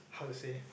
how to say